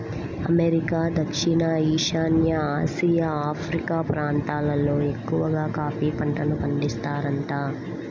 America, దక్షిణ ఈశాన్య Asia, Africa ప్రాంతాలల్లో ఎక్కవగా కాఫీ పంటను పండిత్తారంట